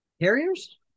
Carriers